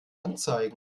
anzeigen